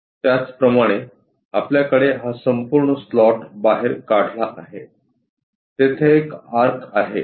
त्याचप्रमाणे आपल्याकडे हा संपूर्ण स्लॉट बाहेर काढला आहे तेथे एक आर्क आहे